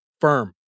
firm